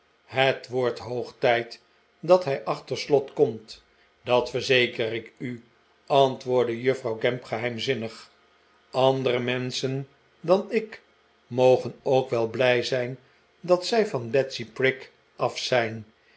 het wordt hoog tijd dat hij achter slot komt dat verzeker ik u antwoordde juffrouw gamp geheimzinnig andere menschen dan ik mogen ook wel blij zijn dat zij van betsy prig af zijn